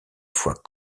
fois